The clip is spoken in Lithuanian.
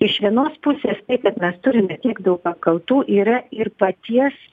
iš vienos pusės tai kad mes turime tiek daug apkaltų yra ir paties